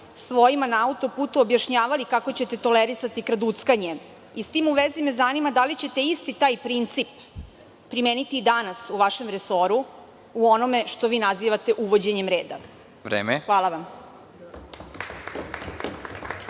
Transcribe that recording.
svojima na autoputu objašnjavali kako ćete tolerisati kraduckanje. S tim u vezi, zanima me da li ćete isti taj princip primeniti danas u vašem resoru, u onome što vi nazivate uvođenjem reda. Hvala.